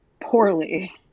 poorly